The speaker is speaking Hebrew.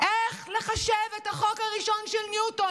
איך לחשב את החוק הראשון של ניוטון: